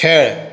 खेळ